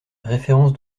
référence